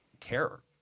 Terror